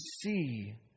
see